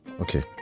Okay